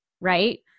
right